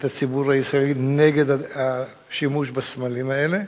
הציבור הישראלי נגד השימוש בסמלים האלה.